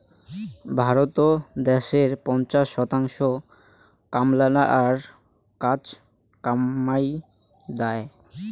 ভারতত দ্যাশের পঞ্চাশ শতাংশ কামলালার কাজ কামাই দ্যায়